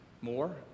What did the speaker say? more